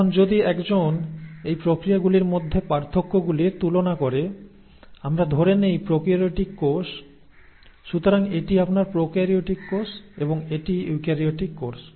এখন যদি একজন এই প্রক্রিয়াগুলির মধ্যে পার্থক্যগুলির তুলনা করে আমরা ধরে নেই প্র্যাকেরিয়োটিক কোষ সুতরাং এটি আপনার প্র্যাকেরিয়োটিক কোষ এবং এটি ইউকারিয়োটিক কোষ